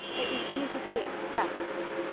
it was beautifully expressed.